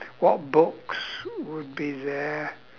what books would be there